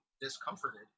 discomforted